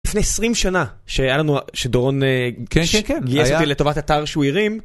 לפני 20 שנה, שהיה לנו... כשדורון גייס אותי לטובת אתר שהוא הרים...